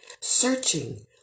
Searching